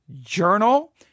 Journal